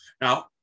Now